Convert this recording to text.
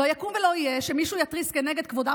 לא יקום ולא יהיה שמישהו יתריס כנגד כבודם